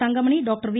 Thangamani doctor we